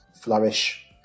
flourish